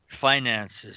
finances